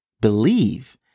believe